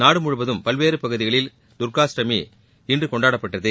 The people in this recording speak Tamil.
நாடு முழுவதும் பல்வேறு பகுதிகளில் தர்காஷ்டமி இன்று கொண்டாடப்பட்டது